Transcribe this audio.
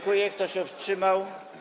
Kto się wstrzymał?